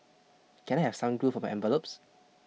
can I have some glue for my envelopes